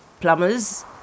Plumbers